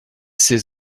ces